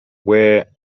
where